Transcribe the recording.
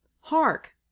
Hark